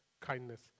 kindness